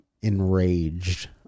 enraged